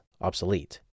obsolete